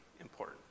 important